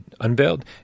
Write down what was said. unveiled